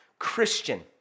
Christian